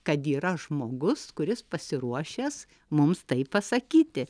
kad yra žmogus kuris pasiruošęs mums tai pasakyti